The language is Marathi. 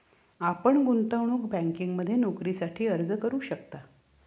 आपण गुंतवणूक बँकिंगमध्ये नोकरीसाठी अर्ज करू शकता